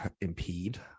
impede